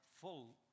full